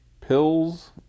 pills